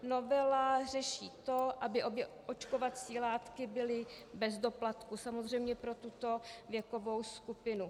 Novela řeší to, aby obě očkovací látky byly bez doplatku, samozřejmě pro tuto věkovou skupinu.